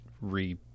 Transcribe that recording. re